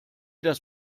das